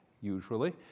usually